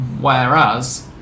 Whereas